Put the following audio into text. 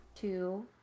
two